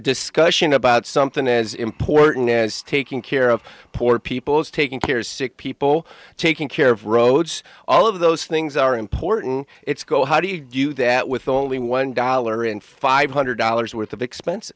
discussion about something is important is taking care of poor people's taking care of sick people taking care of roads all of those things are important it's go how do you do that with only one dollar and five hundred dollars worth of expens